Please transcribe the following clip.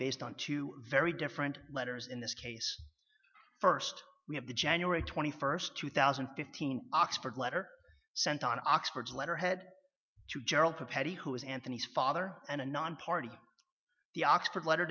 based on two very different letters in this case first we have the january twenty first two thousand and fifteen oxford letter sent on oxford's letterhead to gerald petit who is anthony's father and a nonparty the oxford letter